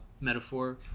metaphor